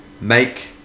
make